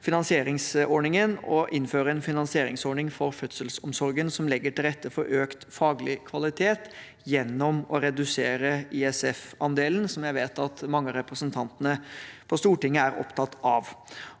finansieringsordningen og innføre en finansieringsordning for fødselsomsorgen som legger til rette for økt faglig kvalitet gjennom å redusere ISF-andelen, som jeg vet at mange av representantene på Stortinget er opptatt av.